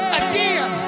again